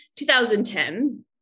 2010